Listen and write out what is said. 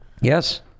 Yes